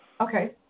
Okay